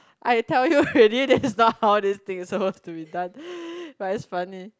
I tell you already this is not how this thing is supposed to be done but it's funny